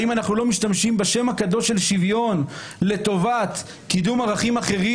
האם אנחנו לא משתמשים בשם הקדוש של שוויון לטובת קידום ערכים אחרים,